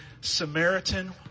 Samaritan